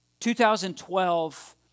2012